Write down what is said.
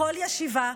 בכל ישיבה,